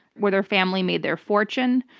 where their family made their fortune,